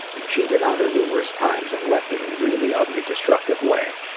and cheated on her numerous times, and left in a really ugly, destructive way.